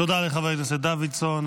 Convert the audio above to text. תודה לחבר הכנסת דוידסון.